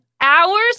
hours